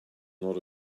not